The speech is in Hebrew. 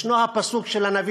ישנו הפסוק של הנביא